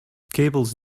cables